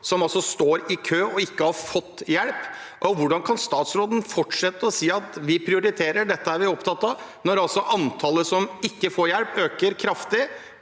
som står i kø og ikke har fått hjelp. Hvordan kan statsråden fortsette å si at de prioriterer og er opptatt av dette, når antallet som ikke får hjelp, øker kraftig?